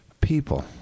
people